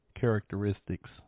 characteristics